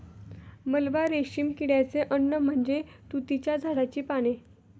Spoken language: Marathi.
मलबा रेशीम किड्याचे अन्न म्हणजे तुतीच्या झाडाची पाने